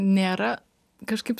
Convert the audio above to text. nėra kažkaip